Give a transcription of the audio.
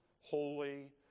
holy